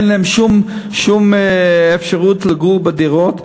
אין להם שום אפשרות לגור בדירות,